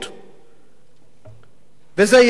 וזה יהיה ככה גם בשנה הקרובה הזו.